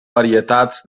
varietats